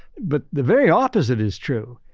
but the very opposite is true.